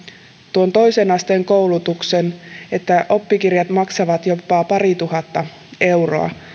tuon toisen asteen koulutuksen että oppikirjat maksavat jopa parituhatta euroa